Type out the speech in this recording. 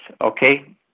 okay